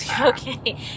Okay